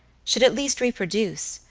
should at least reproduce,